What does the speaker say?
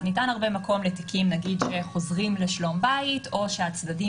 אז ניתן הרבה מקום לתיקים שחוזרים לשלום בית או שהצדדים